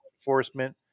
enforcement